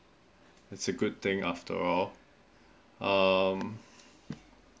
it's a good thing after all um